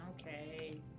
Okay